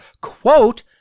Quote